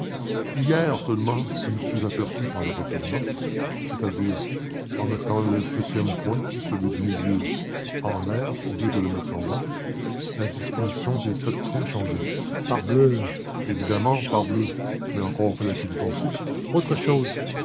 hier seulement je me suis aperçu qu'en le retournant c'est-à-dire en mettant le septième point celui du milieu en l'air au lieu de le mettre en bas la disposition des sept points changeait parbleu évidemment parbleu mais encore fallait-il y penser autre chose